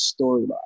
storyline